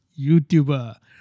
YouTuber